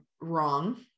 wrong